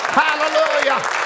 hallelujah